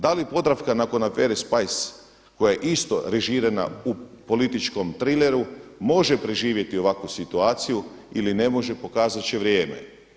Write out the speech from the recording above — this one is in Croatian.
Da li Podravka nakon afere Spice koja je isto režirana u političkom trileru može preživjeti ovakvu situaciju ili ne može pokazat će vrijeme.